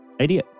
idea